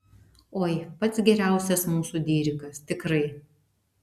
oi pats geriausias mūsų dirikas tikrai